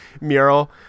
mural